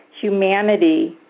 humanity